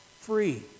Free